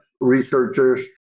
researchers